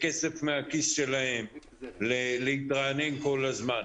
בכסף מהכיס שלהם, להתרענן כל הזמן.